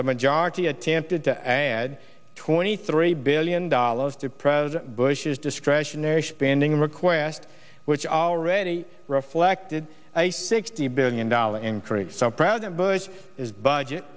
the majority attempted to add twenty three billion dollars to president bush's discretionary spending request which already reflected a sixty billion dollars increase of president bush is budget